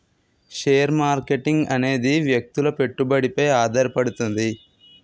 share marketing అనేది వ్యక్తుల పెట్టుబడిపై ఆధారపడుతది